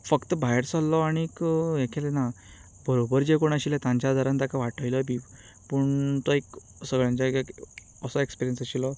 फक्त भायर सरलो आनी हें केलें ना बरोबर जे कोण आशिल्ले तांच्या आदारान ताका वाटयलो बी पूण तो एक असो एन्जॉय असो एक्सपिरीयंस आशिल्लो